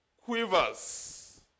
quivers